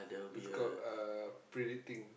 it's called uh predicting